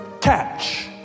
catch